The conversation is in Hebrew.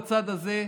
בצד הזה: